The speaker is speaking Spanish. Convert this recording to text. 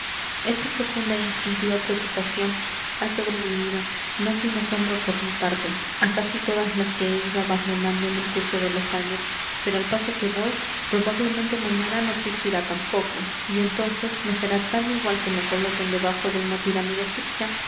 esta profunda é instintiva preocupación ha sobrevivido no sin asombro por mi parte á casi todas las que he ido abandonando en el curso de los años pero al paso que voy probablemente mañana no existirá tampoco y entonces me será tan igual que me coloquen debajo de una pirámide egipcia